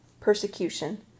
persecution